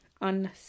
on